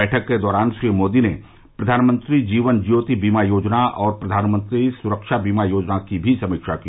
बैठक के दौरान श्री मोदी ने प्रधानमंत्री जीवन ज्योति बीमा योजना और प्रधानमंत्री सुरक्षा बीमा योजना की भी समीक्षा की